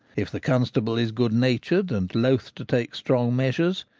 if the constable is good-natured, and loth to take strong measures,